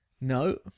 no